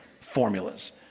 formulas